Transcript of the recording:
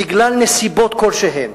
בגלל נסיבות כלשהן,